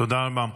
תודה רבה.